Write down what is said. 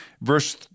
Verse